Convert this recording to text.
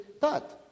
thought